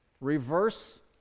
Reverse